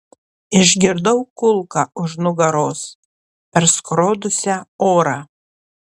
išgirdau kulką už nugaros perskrodusią orą